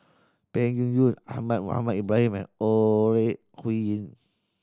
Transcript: Peng Yuyun Ahmad Mohamed Ibrahim and Ore Huiying